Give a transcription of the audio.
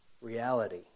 reality